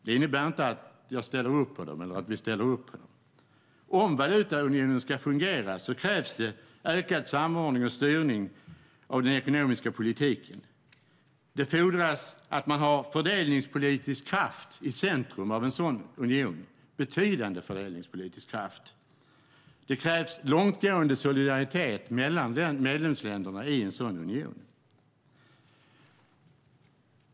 Det innebär inte att vi ställer upp på dem. Om valutaunionen ska fungera krävs det ökad samordning och styrning av den ekonomiska politiken. Det fordras att man har betydande fördelningspolitisk kraft i centrum av en sådan union. Det krävs långtgående solidaritet mellan medlemsländerna i en sådan union.